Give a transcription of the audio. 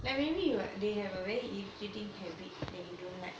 like maybe they have a very irritating eating habit that you don't like